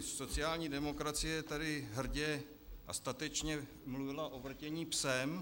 Sociální demokracie tady hrdě a statečně mluvila o vrtění psem.